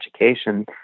education